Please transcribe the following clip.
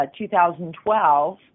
2012